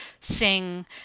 sing